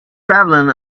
traveling